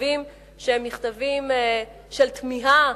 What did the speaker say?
מכתבים שהם מכתבים של תמיהה,